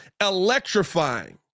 electrifying